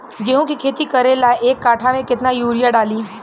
गेहूं के खेती करे ला एक काठा में केतना युरीयाँ डाली?